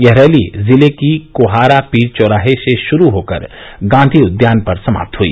यह रैली जिले की कोहारा पीर चौरोहे से शुरू होकर गॉधी उद्यान पर समाप्त हुई